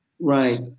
Right